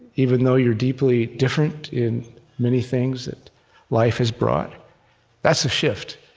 even though you're deeply different in many things that life has brought that's a shift.